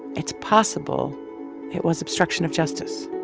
it's possible it was obstruction of justice.